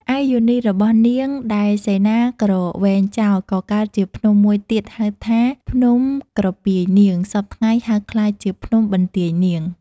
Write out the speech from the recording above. ឯយោនីរបស់នាង ដែលសេនាគ្រវែងចោល ក៏កើតជាភ្នំមួយទៀត ហៅថា ភ្នំក្រពាយនាង (សព្វថ្ងៃហៅក្លាយថា ភ្នំបន្ទាយនាង)។